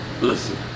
Listen